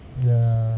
ya